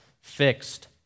fixed